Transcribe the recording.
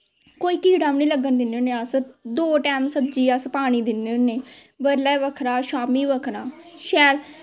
कोई कीड़ा बी नेंई लग्गन दिन्ने होन्ने अस दो टैम सब्जी अस पानी दिन्ने होन्ने बडलै बक्खरा शाम्मी बक्खरा शैल